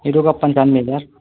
hero का पंचानबे हजार